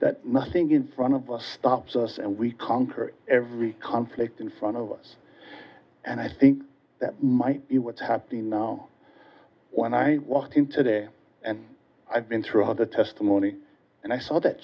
that nothing in front of us stops us and we conquer every conflict in front of us and i think that might be what's happening now when i walk in today and i've been through the testimony and i saw that